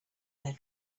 their